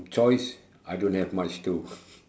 choice I don't have much too